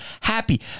happy